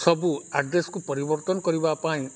ସବୁ ଆଡ୍ରେସ୍କୁ ପରିବର୍ତ୍ତନ କରିବା ପାଇଁ